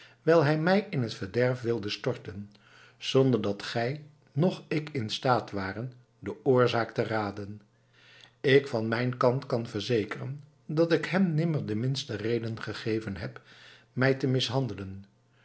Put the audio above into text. wijl hij mij in t verderf wilde storten zonder dat gij noch ik in staat waren de oorzaak te raden ik van mijn kant kan verzekeren dat ik hem nimmer de minste reden gegeven heb mij te mishandelen